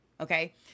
Okay